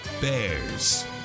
Bears